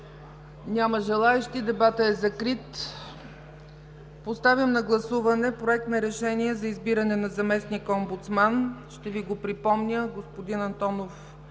Няма желаещи. Дебатът е закрит. Поставям на гласуване Проект на решение за избиране на заместник-омбудсман. Ще Ви го припомня. Господин Антонов